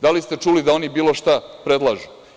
Da li ste čuli da oni bilo šta predlažu?